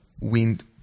wind